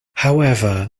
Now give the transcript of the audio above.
however